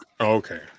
okay